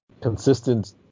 consistent